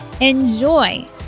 Enjoy